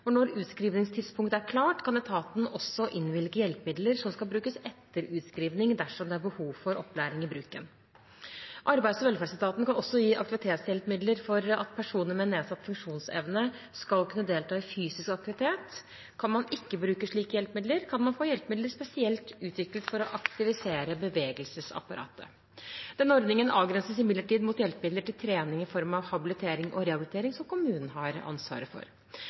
Når utskrivingstidspunktet er klart, kan etaten også innvilge hjelpemidler som skal brukes etter utskrivingen, dersom det er behov for opplæring i bruken. Arbeids- og velferdsetaten kan også gi aktivitetshjelpemidler for at personer med nedsatt funksjonsevne skal kunne delta i fysisk aktivitet. Kan man ikke bruke slike hjelpemidler, kan man få hjelpemidler spesielt utviklet for å aktivisere bevegelsesapparatet. Denne ordningen avgrenses imidlertid mot hjelpemidler til trening i form av habilitering og rehabilitering, som kommunen har ansvar for.